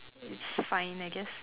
it's fine I guess